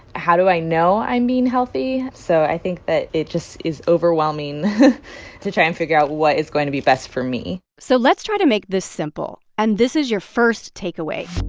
how do i know i'm being healthy? so i think that it just is overwhelming to try and figure out what is going to be best for me so let's try to make this simple, and this is your first takeaway